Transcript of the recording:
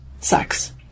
sex